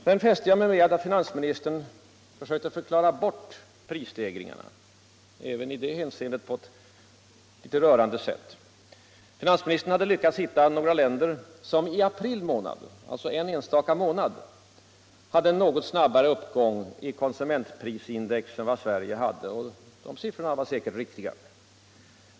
Sedan fäste jag mig vid att finansministern försökte förklara bort prisstegringarna, även det på ett nästan rörande sätt. Finansministern hade lyckats hitta några länder som i april månad, alltså en enstaka månad, hade något snabbare uppgång i konsumentprisindex än vad Sverige hade, och de siffrorna var säkert riktiga.